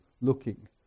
looking